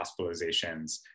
hospitalizations